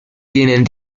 tienen